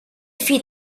feed